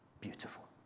beautiful